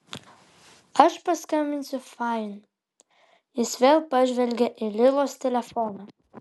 aš paskambinsiu fain jis vėl pažvelgė į lilos telefoną